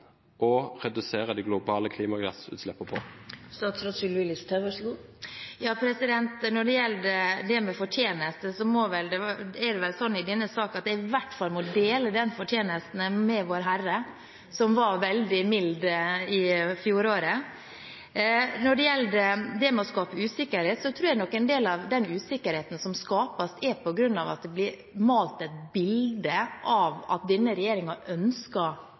redusere de globale klimagassutslippene på? Når det gjelder fortjeneste, er det sånn i denne saken at jeg i hvert fall må dele den med Vårherre, som var veldig mild i fjoråret. Når det gjelder å skape usikkerhet, tror jeg en del av usikkerheten som skapes, er på grunn av at det blir malt et bilde av at denne regjeringen ønsker